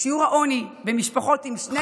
בעוד שיעור העוני במשפחות עם שני